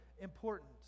important